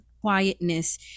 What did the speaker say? quietness